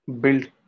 build